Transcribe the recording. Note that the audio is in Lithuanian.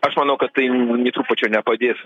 aš manau kad tai nė trupučio nepadės